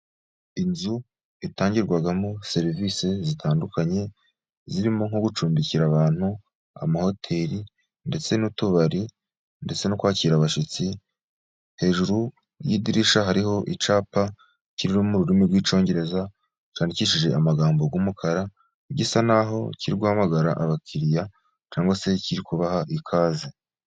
Inzu itangirwamo serivisi zitandukanye zirimo nko gucumbikira abantu, amahoteli, ndetse n'utubari, ndetse no kwakira abashyitsi, hejuru y'idirishya hariho icyapa kiri mu rurimi rw'icyongereza cyandikishije amagambo y'umukara, gisa n'aho kiri guhamagara abakiriya cyangwa se kiri kubaha ikaze.